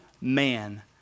man